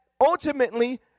ultimately